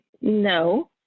no